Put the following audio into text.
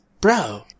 bro